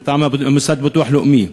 מטעם המוסד לביטוח לאומי,